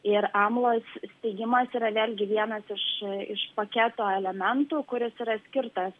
ir amlo steigimas yra vėl gi vienas iš iš paketo elementų kuris yra skirtas